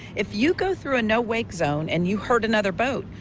if you go through a no wake zone and you hurt another boat,